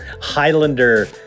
Highlander